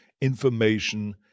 information